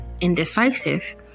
indecisive